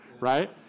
right